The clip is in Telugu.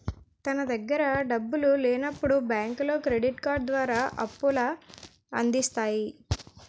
తన దగ్గర డబ్బులు లేనప్పుడు బ్యాంకులో క్రెడిట్ కార్డు ద్వారా అప్పుల అందిస్తాయి